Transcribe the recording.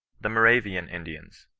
the moravian indians.